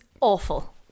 awful